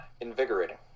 Invigorating